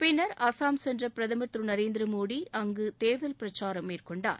பின்னர் அசாம் சென்ற பிரதமர் திரு நரேந்திர மோடி அங்கு பிரச்சாரம் மேற்கொண்டார்